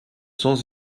sans